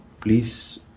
Please